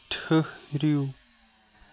ٹھٕہرِو